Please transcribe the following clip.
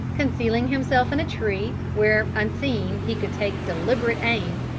concealing himself in a tree, where unseen he could take deliberate aim,